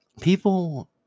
people